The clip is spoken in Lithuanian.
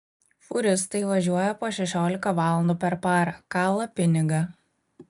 fūristai važiuoja po šešiolika valandų per parą kala pinigą